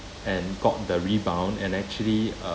and got the rebound and actually uh